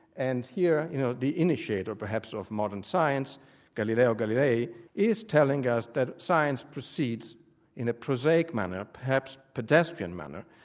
and here you know the initiator perhaps of modern science galileo galilei is telling us that science proceeds in a prosaic manner, perhaps pedestrian manner,